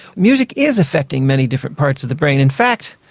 music is affecting many different parts of the brain. in fact,